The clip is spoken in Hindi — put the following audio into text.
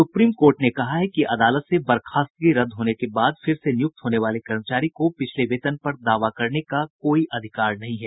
सुप्रीम कोर्ट ने कहा है कि अदालत से बर्खास्तगी रद्द होने पर फिर से नियुक्त होने वाले कर्मचारी को पिछले वेतन पर दावा करने का अधिकार नहीं है